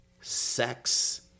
sex